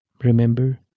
Remember